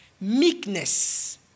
Meekness